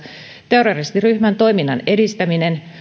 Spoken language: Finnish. terroristiryhmän toiminnan edistäminen